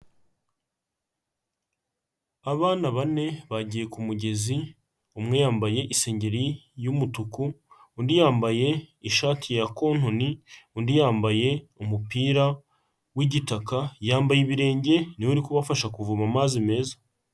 Abana bane bagiye ku mugezi, umwe yambaye isengeri y'umutuku, undi yambaye ishati ya kontoni, undi yambaye umupira w'igitaka, yambaye ibirenge ni we uri kubafasha kuvoma amazi meza.